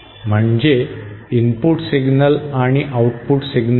म्हणजे input signal आणि output signal